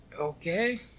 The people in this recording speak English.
Okay